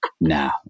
now